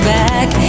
back